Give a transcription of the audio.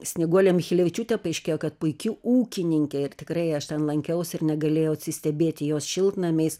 snieguolė michelevičiūtė paaiškėjo kad puiki ūkininkė ir tikrai aš ten lankiaus ir negalėjau atsistebėti jos šiltnamiais